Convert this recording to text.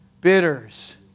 bitters